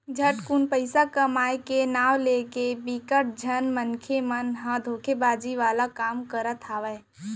झटकुन पइसा कमाए के नांव लेके बिकट झन मनसे मन ह धोखेबाजी वाला काम करत हावय